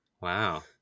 wow